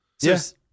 Yes